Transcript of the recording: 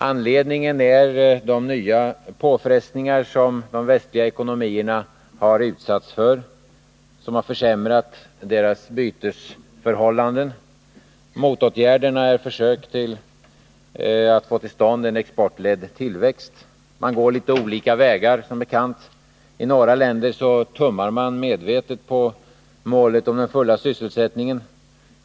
Anledningen är de nya påfrestningar som de västliga ekonomierna har utsatts för och som försämrat deras bytesförhållanden. Motåtgärderna är försök att få till stånd en exportledd tillväxt. Man går litet olika vägar, som bekant. I några länder tummar man medvetet på målet den fulla sysselsättningen.